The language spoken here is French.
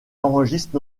enregistre